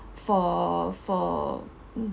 for for